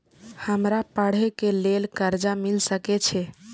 हमरा पढ़े के लेल कर्जा मिल सके छे?